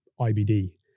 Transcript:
IBD